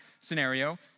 scenario